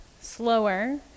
slower